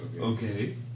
Okay